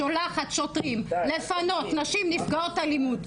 שולחת שוטרים לפנות נשים נפגעות אלימות,